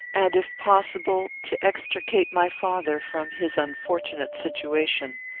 and, if possible, to extricate my father from his unfortunate situation.